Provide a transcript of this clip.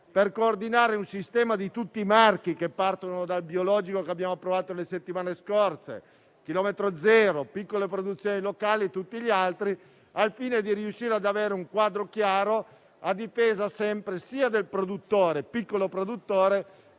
per coordinare un sistema di tutti i marchi che partono dal biologico, che abbiamo approvato le settimane scorse: chilometro zero, piccole produzioni locali e tutti gli altri. Questo al fine di riuscire ad avere un quadro chiaro a difesa sempre sia del piccolo produttore